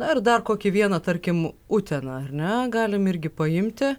na ir dar kokį vieną tarkim uteną ar ne galim irgi paimti